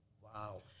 wow